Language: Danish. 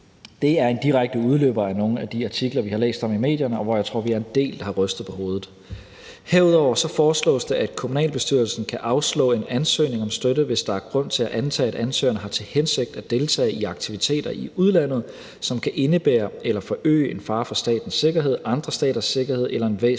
Det er en direkte udløber af nogle af de artikler, vi har læst om i medierne, hvor jeg tror vi er en del, der har rystet på hovedet. Herudover foreslås det, at kommunalbestyrelsen kan afslå en ansøgning om støtte, »hvis der er grund til at antage, at ansøgeren har til hensigt at deltage i aktiviteter i udlandet, som kan indebære eller forøge en fare for statens sikkerhed, andre staters sikkerhed eller en væsentlig trussel